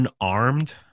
unarmed